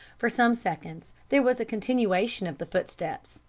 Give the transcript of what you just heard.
for some seconds there was a continuation of the footsteps,